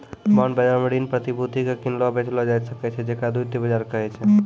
bond बजारो मे ऋण प्रतिभूति के किनलो बेचलो जाय सकै छै जेकरा द्वितीय बजार कहै छै